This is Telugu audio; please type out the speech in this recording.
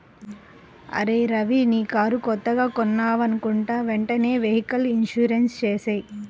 అరేయ్ రవీ నీ కారు కొత్తగా కొన్నావనుకుంటా వెంటనే వెహికల్ ఇన్సూరెన్సు చేసేయ్